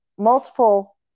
multiple